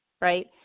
right